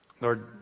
lord